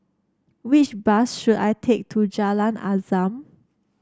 which bus should I take to Jalan Azam